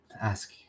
ask